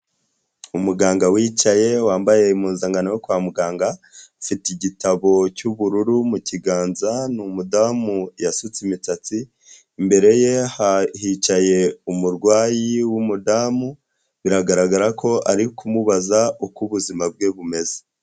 Umuganga wicaye wambaye impuzankano yo kwa muganga, afite igitabo cy'ubururu, mu kiganza ni umudamu yasutse imisatsi, imbere ye hicaye umurwayi w'umudamu, biragaragara ko ari kumubaza uko ubuzima bwe bumeze.